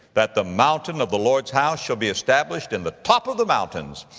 that the mountain of the lord's house shall be established in the top of the mountains,